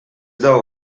dago